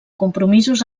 compromisos